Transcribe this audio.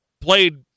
played